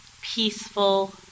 peaceful